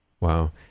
Wow